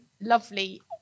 lovely